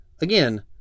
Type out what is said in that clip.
again